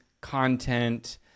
content